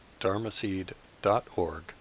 dharmaseed.org